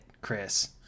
Chris